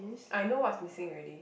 I know what's missing already